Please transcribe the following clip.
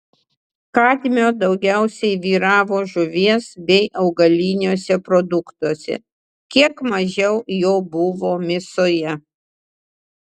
kadmio daugiausiai vyravo žuvies bei augaliniuose produktuose kiek mažiau jo buvo mėsoje